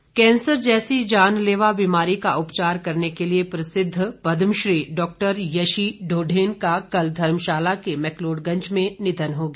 निधन कैंसर जैसी जानलेवा बीमारी का उपचार करने के लिए प्रसिद्ध पद्मश्री डॉक्टर यशी ढोडेन का कल धर्मशाला के मैकलोडगंज में निधन हो गया